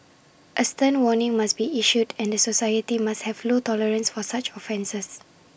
A stern warning must be issued and society must have low tolerance for such offences